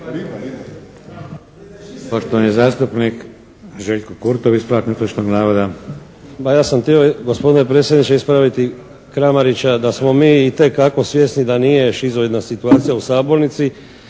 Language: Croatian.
Ma ja sam htio gospodine predsjedniče ispraviti Kramarića da smo mi itekako svjesni da nije šizoidna situacija u sabornici,